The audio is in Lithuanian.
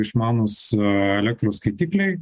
išmanūs elektros skaitikliai